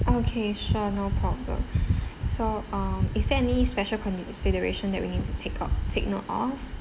okay sure no problem so um is there any special consideration that we need to take up take note of